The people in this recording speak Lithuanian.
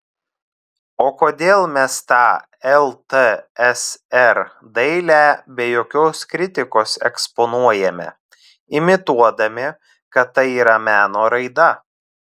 o kodėl mes tą ltsr dailę be jokios kritikos eksponuojame imituodami kad tai yra meno raida